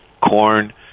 corn